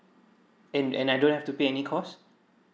and and I don't have to pay any cost